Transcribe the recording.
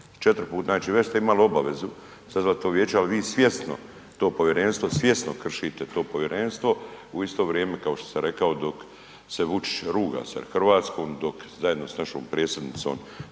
4 puta, znači već ste imali obavezu sazvati to vijeće, ali vi svjesno to povjerenstvo, svjesno kršite to povjerenstvo, u isto vrijeme kao što sam rekao dok se Vučić ruga sa Hrvatskom, dok zajedno sa našom predsjednicom